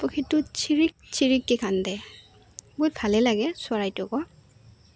পক্ষীটো চিৰিক চিৰিকৈ কান্দে বহুত ভালেই লাগে চৰাইটোকো